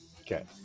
Okay